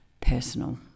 personal